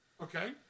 Okay